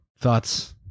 thoughts